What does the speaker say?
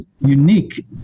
unique